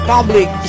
Public